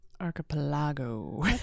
Archipelago